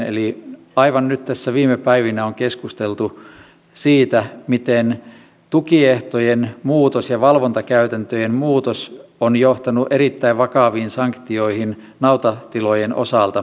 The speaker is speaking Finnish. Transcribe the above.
eli aivan nyt tässä viime päivinä on keskusteltu siitä miten tukiehtojen muutos ja valvontakäytäntöjen muutos on johtanut erittäin vakaviin sanktioihin nautatilojen osalta